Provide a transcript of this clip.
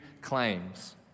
claims